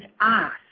ask